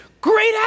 great